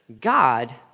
God